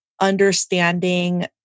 understanding